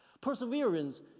Perseverance